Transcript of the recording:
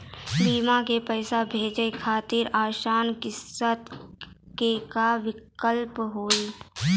बीमा के पैसा भरे खातिर आसान किस्त के का विकल्प हुई?